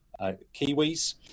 Kiwis